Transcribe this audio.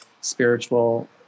spiritual